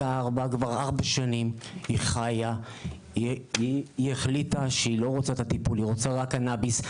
לפני ארבע שנים היא החליטה שהיא לא רוצה את הטיפול היא רוצה רק קנביס.